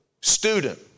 Student